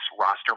roster